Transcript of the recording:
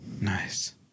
nice